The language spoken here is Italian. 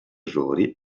errori